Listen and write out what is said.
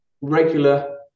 regular